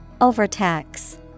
Overtax